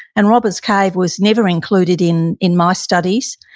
and robbers cave was never included in in my studies.